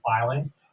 filings